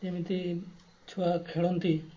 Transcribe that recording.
ଯେମିତି ଛୁଆ ଖେଳନ୍ତି